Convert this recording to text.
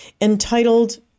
entitled